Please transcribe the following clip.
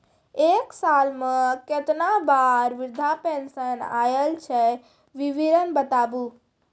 एक साल मे केतना बार वृद्धा पेंशन आयल छै विवरन बताबू?